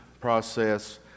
process